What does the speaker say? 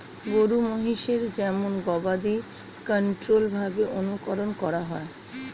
গরু মহিষের যেমন গবাদি কন্ট্রোল্ড ভাবে অনুকরন করা হয়